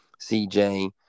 CJ